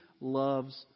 loves